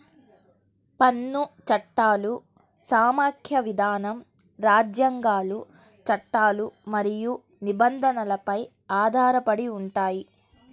పన్ను చట్టాలు సమాఖ్య విధానం, రాజ్యాంగాలు, చట్టాలు మరియు నిబంధనలపై ఆధారపడి ఉంటాయి